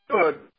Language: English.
good